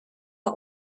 are